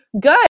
good